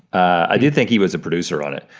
i did think he was a producer on it.